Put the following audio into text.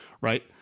Right